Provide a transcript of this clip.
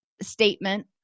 statement